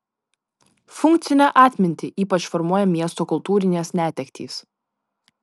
funkcinę atmintį ypač formuoja miesto kultūrinės netektys